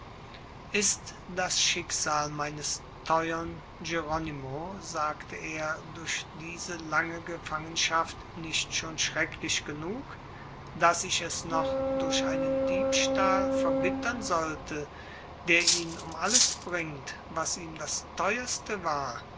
ist das schicksal meines teuern jeronymo sagte er durch diese lange gefangenschaft nicht schon schrecklich genug daß ich es noch durch einen diebstahl verbittern sollte der ihn um alles bringt was ihm das teuerste war